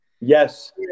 Yes